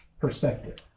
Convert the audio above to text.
perspective